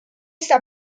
esta